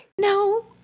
No